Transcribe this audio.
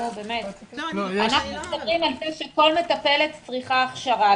אנחנו מדברים על זה שכל מטפלת צריכה הכשרה.